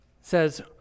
says